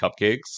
cupcakes